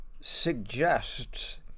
suggests